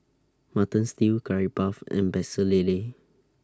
Mutton Stew Curry Puff and Pecel Lele